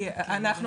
את בסוף